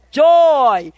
joy